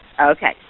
Okay